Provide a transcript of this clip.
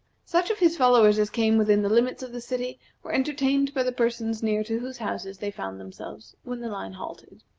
such of his followers as came within the limits of the city were entertained by the persons near to whose houses they found themselves when the line halted.